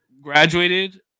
graduated